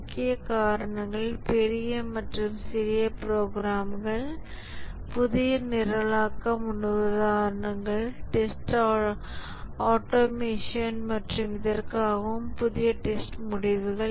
முக்கிய காரணங்கள் பெரிய மற்றும் சிக்கலான ப்ரோக்ராம்கள் புதிய நிரலாக்க முன்னுதாரணங்கள் டெஸ்ட் ஆட்டோமேஷன் மற்றும் இதற்காகவும் புதிய டெஸ்ட் முடிவுகள்